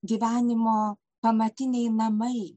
gyvenimo pamatiniai namai